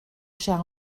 cher